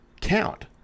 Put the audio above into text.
count